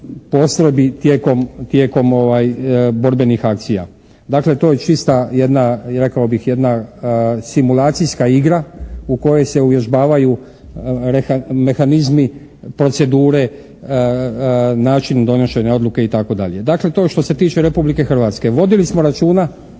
postrojbi tijekom borbenih akcija. Dakle, to je čista jedna, rekao bih jedna simulacijska igra u kojoj se uvježbavaju mehanizmi, procedure, način donošenja odluke itd. Dakle, to je što se tiče Republike Hrvatske. Vodili smo računa